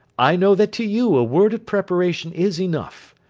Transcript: i know that to you a word of preparation is enough.